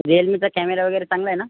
रिअलमीचा camera वगैरे चांगलाय नं